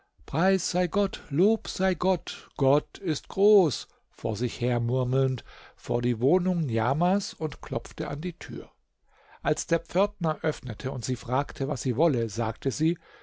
gott lob sei gott gott ist groß vor sich her murmelnd vor die wohnung niamahs und klopfte an die tür als der pförtner öffnete und sie fragte was sie wolle sagte sie